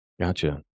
Gotcha